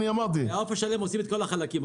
מהעוף השלם עושים את כל החלקים,